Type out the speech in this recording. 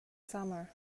summer